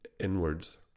inwards